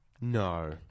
No